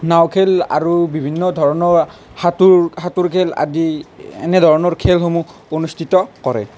নাও খেল আৰু বিভিন্ন ধৰণৰ সাঁতোৰ সাঁতোৰ খেল আদি এনেধৰণৰ খেলসমূহ অনুষ্ঠিত কৰে